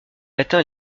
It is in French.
atteint